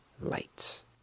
Lights